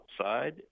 outside